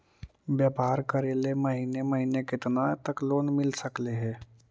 व्यापार करेल महिने महिने केतना तक लोन मिल सकले हे?